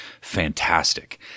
fantastic